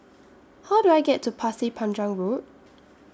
How Do I get to Pasir Panjang Road